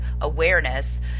awareness